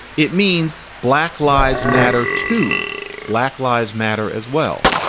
it means black lives matter to black lives matter as well.